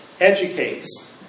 educates